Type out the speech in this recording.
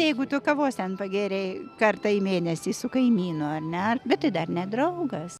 jeigu tu kavos ten pagėrei kartą į mėnesį su kaimynu ar ne bet tai dar ne draugas